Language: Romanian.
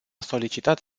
solicitat